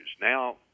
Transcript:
Now